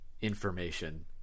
information